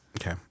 Okay